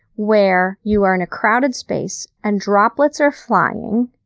where you are in a crowded space, and droplets are flying,